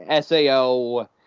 SAO